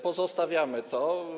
Pozostawiamy to.